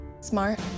Smart